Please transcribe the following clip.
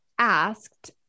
asked